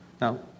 Now